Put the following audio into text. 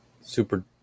super